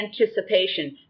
anticipation